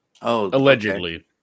Allegedly